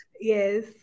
yes